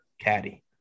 caddy